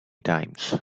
times